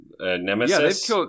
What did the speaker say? Nemesis